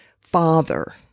father